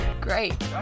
great